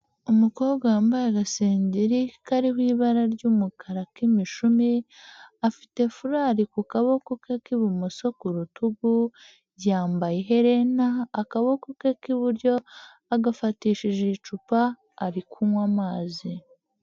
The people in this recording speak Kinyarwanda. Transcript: Umukobwa wambaye agasengeri, kariho ibara ry'umukara k'imishumi, afite furari ku kaboko ke k'ibumoso ku rutugu, yambaye iherena, akaboko ke k'iburyo agafatishije icupa, ari kunywa amazi.